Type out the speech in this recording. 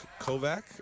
Kovac